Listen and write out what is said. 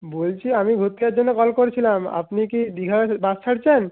বলছি আমি ভর্তি হওয়ার জন্য কল করেছিলাম আপনি কি দীঘার বাস ছাড়ছেন